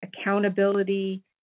accountability